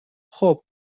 خوب